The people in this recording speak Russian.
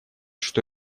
что